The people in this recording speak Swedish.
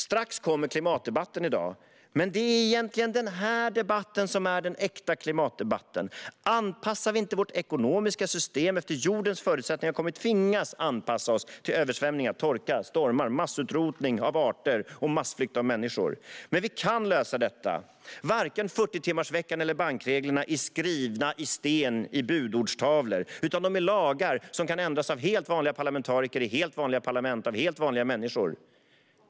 Strax kommer dagens klimatdebatt, men det är egentligen den här debatten som är den äkta klimatdebatten. Om vi inte anpassar vårt ekonomiska system efter jordens förutsättningar kommer vi att tvingas anpassa oss till översvämningar, torka, stormar, massutrotning av arter och massflykt av människor. Vi kan lösa detta. Varken 40-timmarsveckan eller bankreglerna är skrivna i sten på budordstavlor. De är lagar som kan ändras av helt vanliga parlamentariker i helt vanliga parlament.